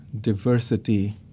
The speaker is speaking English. diversity